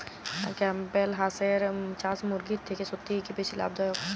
Campbell হাঁসের চাষ মুরগির থেকে সত্যিই কি বেশি লাভ দায়ক?